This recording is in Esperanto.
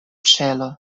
ĉelo